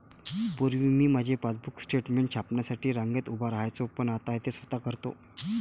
पूर्वी मी माझे पासबुक स्टेटमेंट छापण्यासाठी रांगेत उभे राहायचो पण आता ते स्वतः करतो